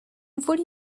would